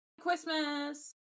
Christmas